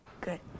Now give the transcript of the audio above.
Good